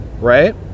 Right